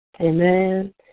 Amen